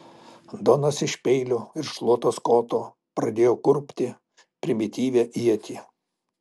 donas iš peilio ir šluotos koto pradėjo kurpti primityvią ietį